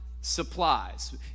supplies